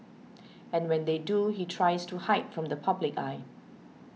and when they do he tries to hide from the public eye